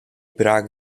brak